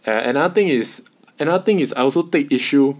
another thing is another thing is I also take issue